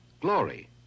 Glory